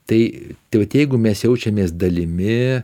tai tai vat jeigu mes jaučiamės dalimi